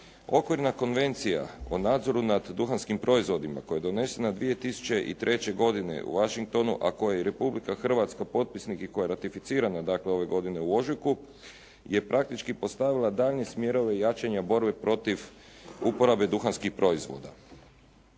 Okvirna konvencija o nadzoru nad duhanskim proizvodima koja je donesena 2003. godine u Washingtonu, a koje je Republika Hrvatska potpisnik i koja je ratificirana dakle ove godine u ožujku je praktički postavila daljnje smjerove jačanja borbe protiv uporabe duhanskih proizvoda.